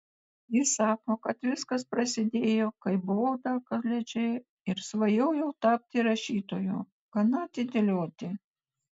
ji sako kad viskas prasidėjo kai buvau dar koledže ir svajojau tapti rašytoju gana atidėlioti